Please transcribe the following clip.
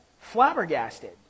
flabbergasted